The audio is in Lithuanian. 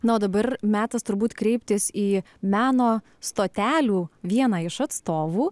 na o dabar metas turbūt kreiptis į meno stotelių vieną iš atstovų